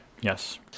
Yes